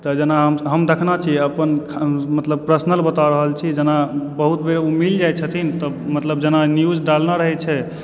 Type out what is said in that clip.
तऽ जेना हम देखने छियै अपन मतलब पर्सनल बता रहल छी जेना बहुत बेर ओ मिल जाइत छथिन तऽ मतलब जेना न्यूज डालने रहै छै